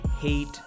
hate